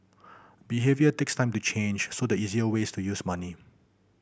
behaviour takes time to change so the easiest way is to use money